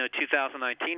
2019